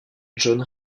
john